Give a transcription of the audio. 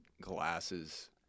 glasses